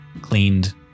cleaned